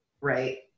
Right